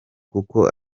kuko